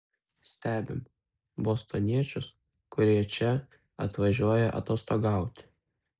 stebim bostoniečius kurie čia atvažiuoja atostogauti